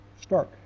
stark